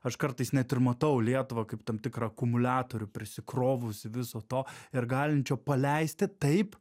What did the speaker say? aš kartais net ir matau lietuvą kaip tam tikrą akumuliatorių prisikrovusį viso to ir galinčio paleisti taip